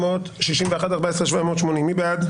14,761 עד 14,780, מי בעד?